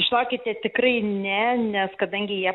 žinokite tikrai ne nes kadangi jie